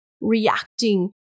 reacting